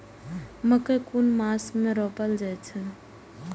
मकेय कुन मास में रोपल जाय छै?